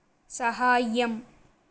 साहाय्यम्